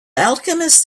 alchemist